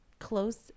Close